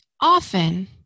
often